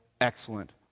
excellent